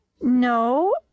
No